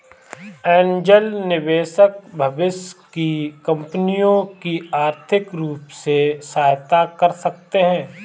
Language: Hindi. ऐन्जल निवेशक भविष्य की कंपनियों की आर्थिक रूप से सहायता कर सकते हैं